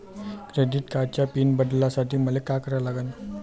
Credit कार्डाचा PIN बदलासाठी मले का करा लागन?